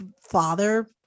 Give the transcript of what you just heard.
father